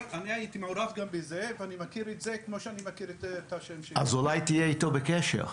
אבל כדי להקים את התחנה היינו חייבים את הפריסה הראשונית,